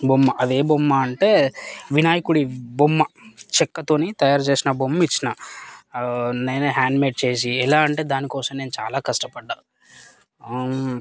బొమ్మ అదే బొమ్మ అంటే వినాయకుడి బొమ్మ చెక్కతో తయారు చేసిన బొమ్మ ఇచ్చాను నేనే హ్యాండ్మేడ్ చేసి ఎలా అంటే నేను దానికోసం చాల కష్టపడ్డాను